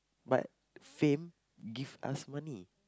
but fame give us money